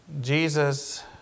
Jesus